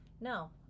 no